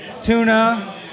tuna